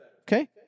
Okay